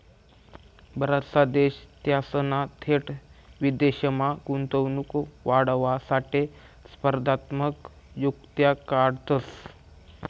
बराचसा देश त्यासना थेट विदेशमा गुंतवणूक वाढावासाठे स्पर्धात्मक युक्त्या काढतंस